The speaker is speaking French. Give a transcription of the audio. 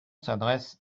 s’adresse